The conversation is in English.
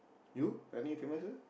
you any famous